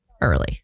early